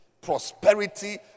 Prosperity